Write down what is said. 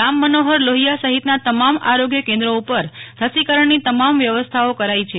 રામમનોહર લોહિયા સહિતના તમામ આરોગ્ય કેન્દ્રો ઉપર રસીકરણની તમામ વ્યવસ્થાઓ કરાઈ છે